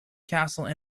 castle